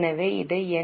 எனவே இதை என்